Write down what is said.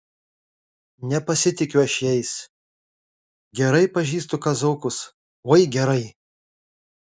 nepasitikiu aš jais gerai pažįstu kazokus oi gerai